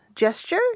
gesture